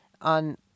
On